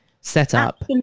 setup